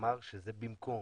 ואמר שזה במקום.